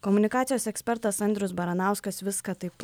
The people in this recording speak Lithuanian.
komunikacijos ekspertas andrius baranauskas viską taip